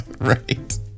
Right